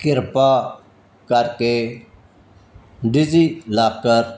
ਕਿਰਪਾ ਕਰਕੇ ਡਿਜੀਲਾਕਰ